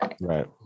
right